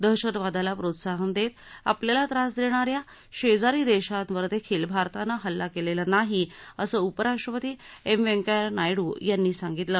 दहशतवादाला प्रोत्साहन देत आपल्याला त्रास देणा या शेजारी देशावरदेखील भारतानं हल्ला केलेला नाही असं उपराष्ट्रपती एम व्यंकय्या नायड्र यांनी सांगितलं